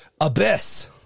Abyss